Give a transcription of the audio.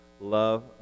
Love